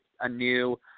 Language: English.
anew